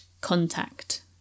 contact